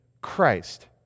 Christ